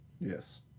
Yes